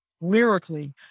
Lyrically